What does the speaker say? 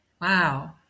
Wow